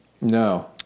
No